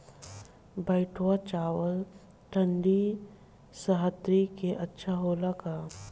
बैठुआ चावल ठंडी सह्याद्री में अच्छा होला का?